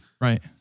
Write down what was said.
Right